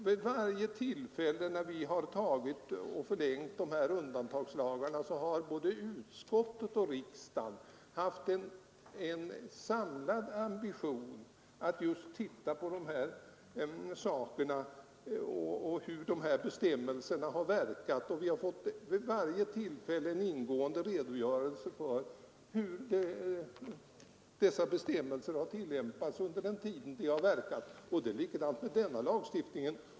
Vid varje tillfälle när vi antagit och förlängt de här undantagslagarna har både utskottet och riksdagen haft en samlad ambition att titta just på hur bestämmelserna har verkat, och vi har varje gång fått en ingående redogörelse för hur de tillämpats under den tid de gällt. Det är likadant med denna lagstiftning.